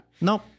Nope